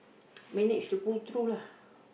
manage to pull through lah